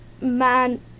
man